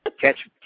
catch